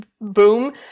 boom